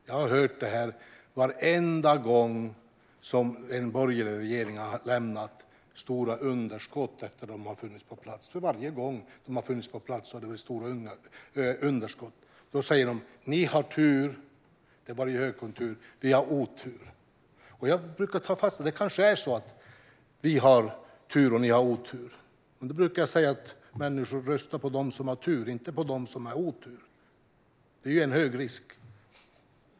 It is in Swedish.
Jag har hört det här varenda gång som en borgerlig regering har lämnat stora underskott efter sig, för varje gång har det blivit stora underskott. Då säger de: Ni har tur! Det var ju högkonjunktur. Vi har otur. Jag brukar ta fasta på att det kanske är så att vi har tur och ni har otur och säga till människor att de ska rösta på dem som har tur och inte på dem som har otur. Det är ju en hög risk.